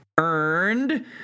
earned